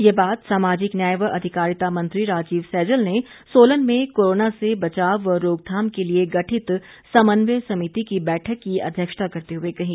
ये बात सामाजिक न्याय व अधिकारिता मंत्री राजीव सैजल ने सोलन में कोरोना से बचाव व रोकथाम के लिए गठित समन्वय समिति की बैठक की अध्यक्षता करते हुए कही